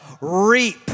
reap